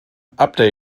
update